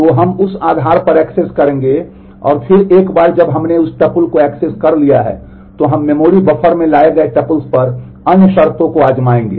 तो हम उस आधार पर एक्सेस पर अन्य शर्तों को आज़माएंगे